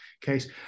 case